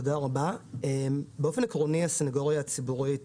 באופן עקרוני, הסנגוריה הציבורית